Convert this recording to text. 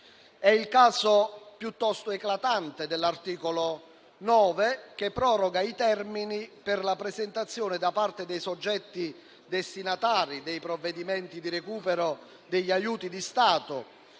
È il caso, piuttosto eclatante, dell'articolo 9, che proroga i termini per la presentazione, da parte dei soggetti destinatari dei procedimenti di recupero degli aiuti di Stato,